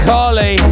Carly